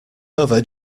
over